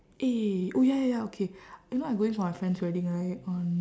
eh oh ya ya ya okay you know I'm going for my friend's wedding right on